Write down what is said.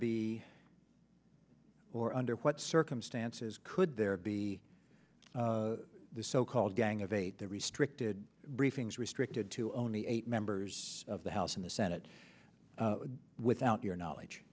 be or under what circumstances could there be the so called gang of eight the restricted briefings restricted to only eight members of the house in the senate without your knowledge